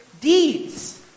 deeds